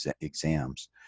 exams